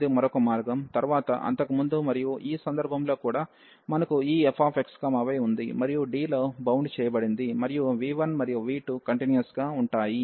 ఇది మరొక మార్గం తర్వాత అంతకు ముందు మరియు ఈ సందర్భంలో కూడా మనకు ఈ fxy ఉంది మరియు D లో బౌండ్ చేయబడింది మరియు v1 మరియు v2 కంటిన్యూయస్ గా ఉంటాయి